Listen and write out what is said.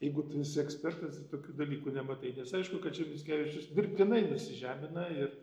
jeigu tu esi ekspertas ir tokių dalykų nematai nes aišku kad čia mickevičius dirbtinai nusižemina ir